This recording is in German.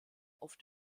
auf